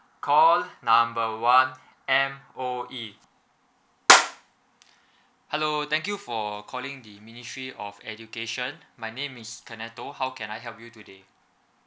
call number one M_O_E hello thank you for calling the ministry of education my name is tonnato how can I help you today